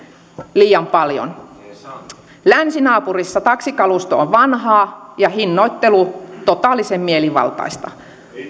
liian paljon länsinaapurissa taksikalusto on vanhaa ja hinnoittelu totaalisen mielivaltaista